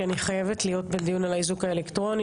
כי אני חייבת להיות בדיון על האיזוק האלקטרוני,